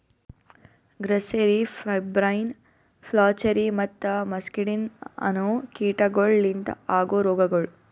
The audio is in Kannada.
ಗ್ರಸ್ಸೆರಿ, ಪೆಬ್ರೈನ್, ಫ್ಲಾಚೆರಿ ಮತ್ತ ಮಸ್ಕಡಿನ್ ಅನೋ ಕೀಟಗೊಳ್ ಲಿಂತ ಆಗೋ ರೋಗಗೊಳ್